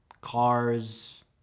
cars